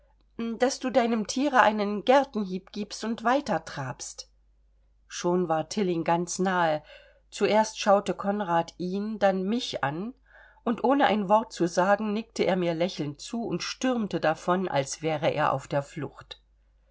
daß du deinem tiere einen gertenhieb giebst und weiter trabst schon war tilling ganz nahe zuerst schaute konrad ihn dann mich an und ohne ein wort zu sagen nickte er mir lächelnd zu und stürmte davon als wäre er auf der flucht